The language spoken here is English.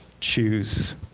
choose